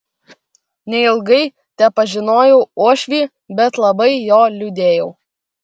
neilgai tepažinojau uošvį bet labai jo liūdėjau